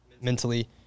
mentally